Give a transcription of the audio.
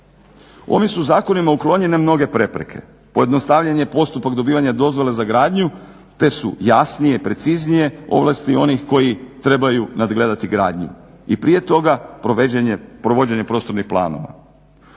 Ovim su zakonima uklonjene mnoge prepreke, pojednostavljen je postupak dobivanja dozvole za gradnju te su jasnije, preciznije ovlasti onih koji trebaju nadgledati gradnju. I prije toga provođenje prostornih planova.